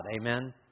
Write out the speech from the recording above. Amen